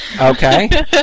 okay